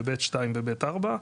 זה ב'2 ו-ב'4,